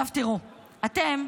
אתם,